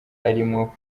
arimwo